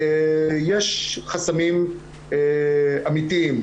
יש חסמים אמתיים,